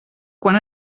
quan